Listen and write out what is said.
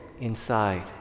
inside